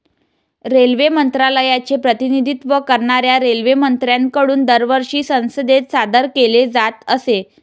railway मंत्रालयाचे प्रतिनिधित्व करणाऱ्या रेल्वेमंत्र्यांकडून दरवर्षी संसदेत सादर केले जात असे